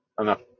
enough